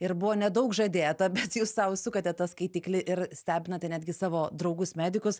ir buvo nedaug žadėta bet jūs sau sukate tą skaitiklį ir stebinate netgi savo draugus medikus